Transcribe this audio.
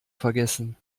vergessen